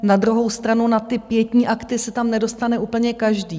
Na druhou stranu na ty pietní akty se tam nedostane úplně každý.